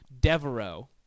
Devereaux